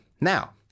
Now